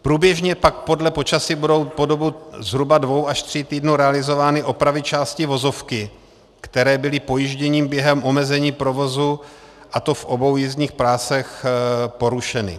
Průběžně pak podle počasí budou po dobu zhruba dvou až tří týdnů realizovány opravy části vozovky, které byly pojížděním během omezení provozu, a to v obou jízdních pásech, porušeny.